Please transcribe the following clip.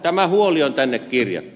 tämä huoli on tänne kirjattu